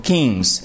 Kings